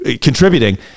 contributing